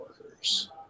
workers